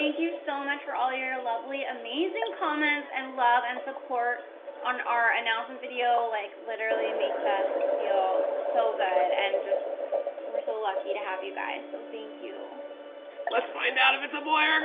ah you so much for all your lovely amazing comments and love and support on our announcement video like literally makes us feel so good and just we're so lucky to have you guys. so, thank you let's find out if it's a boy or and